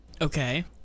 Okay